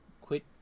Quit